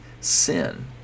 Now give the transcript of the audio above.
sin